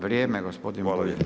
Vrijeme gospodine.